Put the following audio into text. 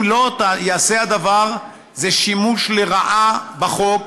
אם לא ייעשה הדבר, זה שימוש לרעה בחוק.